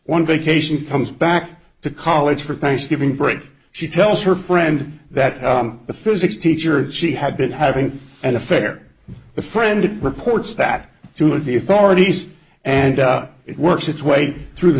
one vacation comes back to college for thanksgiving break she tells her friend that a physics teacher she had been having an affair the friend reports that to the authorities and up it works its way through the